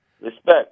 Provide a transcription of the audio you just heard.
respect